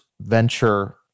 venture